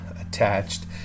attached